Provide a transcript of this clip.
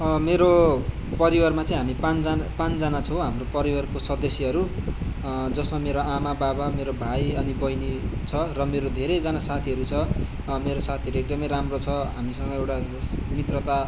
मेरो परिवारमा चाहिँ हामी पाँचजना पाँचजना छौँ हाम्रो परिवारको सदस्यहरू जसमा मेरो आमा बाबा मेरो भाइ अनि बहिनी छ र मेरो धेरैजना साथीहरू छ मेरो साथीहरू एकदमै राम्रो छ हामीसँग एउटा मित्रता